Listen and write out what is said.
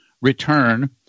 return